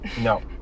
No